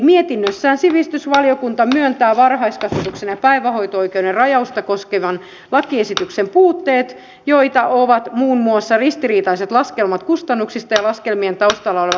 mietinnössään sivistysvaliokunta myöntää varhaiskasvatuksen ja päivähoito oikeuden rajausta koskevan lakiesityksen puutteet joita ovat muun muassa ristiriitaiset laskelmat kustannuksista ja laskelmien taustalla olevat vanhat tilastot